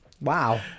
Wow